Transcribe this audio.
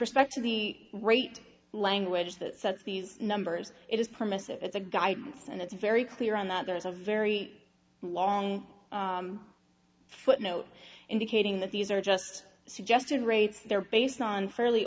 respect to the great language that sets these numbers it is permissive it's a guidance and it's very clear on that there's a very long footnote indicating that these are just suggested rates they're based on fairly